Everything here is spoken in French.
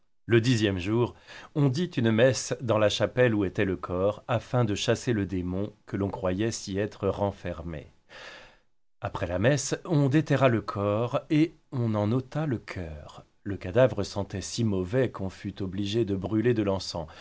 le dixième jour on dit une messe dans la chapelle où était le corps afin de chasser le démon que l'on croyait s'y être renfermé après la messe on déterra le corps et on en ôta le coeur le cadavre sentait si mauvais qu'on fut obligé de brûler de l'encens